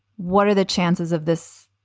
what are the chances of this?